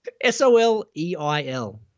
S-O-L-E-I-L